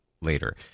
later